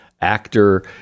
actor